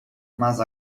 mas